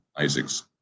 Isaac's